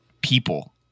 people